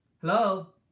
hello